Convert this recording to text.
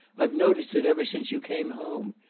i've noticed it ever since you came home.